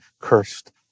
cursed